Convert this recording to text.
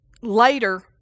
Later